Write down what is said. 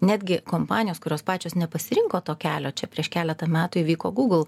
netgi kompanijos kurios pačios nepasirinko to kelio čia prieš keletą metų įvyko google